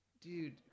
dude